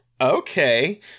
okay